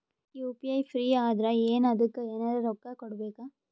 UPI free ಅದಾರಾ ಏನ ಅದಕ್ಕ ಎನೆರ ರೊಕ್ಕ ಕೊಡಬೇಕ?